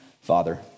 Father